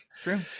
true